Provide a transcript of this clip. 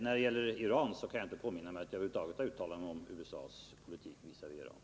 När det gäller Iran kan jag inte påminna mig att jag över huvud taget har uttalat mig om USA:s politik visavi det landet.